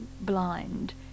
blind